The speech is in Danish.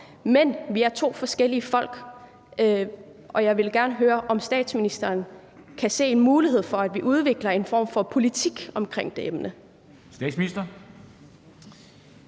men vi er to forskellige folk. Jeg vil gerne høre, om statsministeren kan se en mulighed for, at vi udvikler en form for politik om det emne.